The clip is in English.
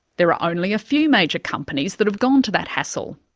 there are only a few major companies that have gone to that hassle.